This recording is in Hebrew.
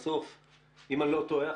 אם אני לא טועה,